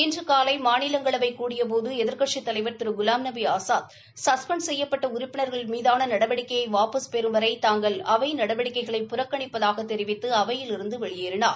இன்று காலை மாநிலங்களவை கூடியபோது எதிர்க்கட்சித் தலைவர் திரு குலாம்நபி ஆஸாத் சஸ்பெண்ட் செய்யப்பட்ட உறுப்பினர்கள் மீதான நடவடிக்கையை வாபஸ் பெறும் வரை தாங்கள் அவை நடவடிக்கைகளை புறக்கணிப்பதாகத் தெரிவித்து அவையிலிருந்து வெளியேறினார்